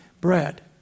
bread